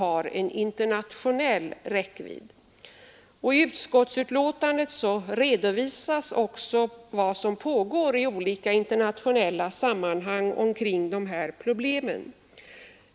I utskottsbetänkandet redovisas ock de har en internationell vad som pågår i olika internationella sammanhang omkring dessa problem.